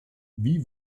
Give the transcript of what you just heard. wie